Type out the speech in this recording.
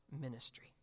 ministry